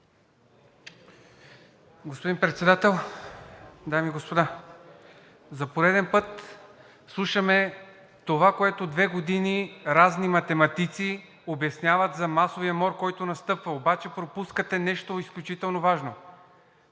Господин Председател, дами и господа! За пореден път слушаме това, което две години разни математици обясняват за масовия мор, който настъпва. Обаче пропускате нещо изключително важно.